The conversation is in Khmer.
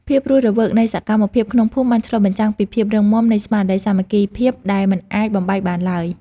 ភាពរស់រវើកនៃសកម្មភាពក្នុងភូមិបានឆ្លុះបញ្ចាំងពីភាពរឹងមាំនៃស្មារតីសាមគ្គីភាពដែលមិនអាចបំបែកបានឡើយ។